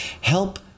help